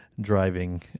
driving